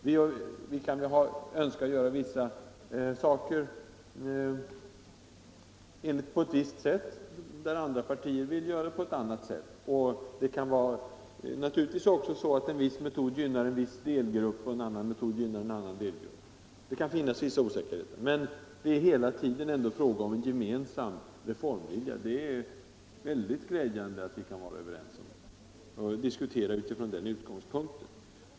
Vi kan önska behandla en viss fråga på ett sätt, medan andra partier vill göra på annat sätt. Det kan naturligtvis också vara så att en metod gynnar en delgrupp och en annan metod gynnar en annan delgrupp. Men det är hela tiden fråga om en gemensam reformvilja. Det är glädjande att vi kan diskutera från den utgångspunkten.